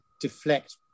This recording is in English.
deflect